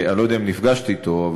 אני לא יודע אם נפגשת אתו,